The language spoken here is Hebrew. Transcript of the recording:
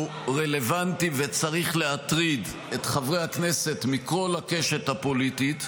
הוא רלוונטי וצריך להטריד חברי כנסת מכל הקשת הפוליטית.